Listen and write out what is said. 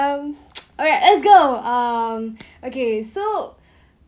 um whereas go um okay so